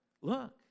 look